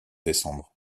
décembre